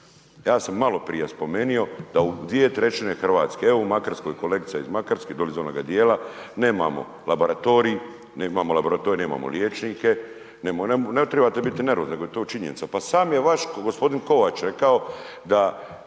Ja sam malo prije spomenuo da u dvije trećine Hrvatske, evo u Makarskoj, kolegica je iz Makarske, dole iz onoga dijela, nemamo laboratorij, .../Govornik se ne razumije./... laboratorij, nemamo liječnike, ne trebate biti nervozni, nego je to činjenica. Pa sam je vaš gospodin Kovač rekao da